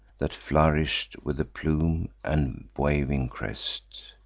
that flourish'd with a plume and waving crest.